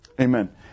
amen